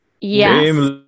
Yes